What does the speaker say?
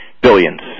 Billions